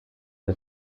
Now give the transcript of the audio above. der